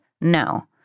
No